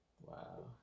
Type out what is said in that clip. Wow